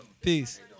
Peace